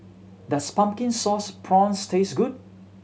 does Pumpkin Sauce Prawns taste good